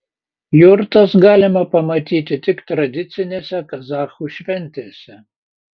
jurtas galima pamatyti tik tradicinėse kazachų šventėse